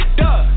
duh